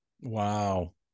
Wow